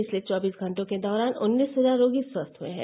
पिछले चौबीस घंटों के दौरान उन्नीस हजार रोगी स्वस्थ हए हैं